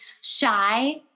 shy